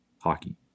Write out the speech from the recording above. hockey